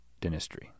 dentistry